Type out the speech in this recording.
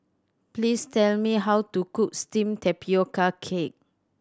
please tell me how to cook steamed tapioca cake